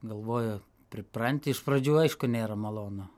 galvoju pripranti iš pradžių aišku nėra malonu